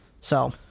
So-